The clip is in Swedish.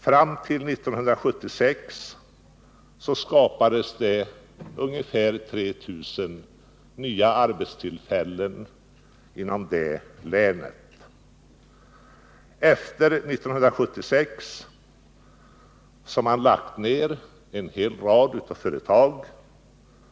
Fram till 1976 skapades det ungefär 3 000 nya arbetstillfällen inom industrin i det länet. Efter 1976 har man lagt ned en hel rad av företag.